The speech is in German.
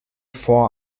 vor